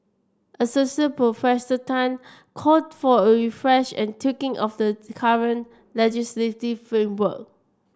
Associate Professor Tan called for a refresh and tweaking of the current legislative framework